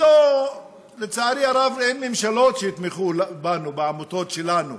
לצערי הרב, אין ממשלות שיתמכו בנו, בעמותות שלנו.